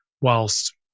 whilst